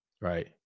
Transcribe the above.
right